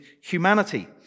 humanity